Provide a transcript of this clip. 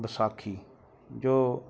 ਵਿਸਾਖੀ ਜੋ